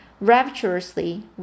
rapturously